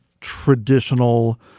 traditional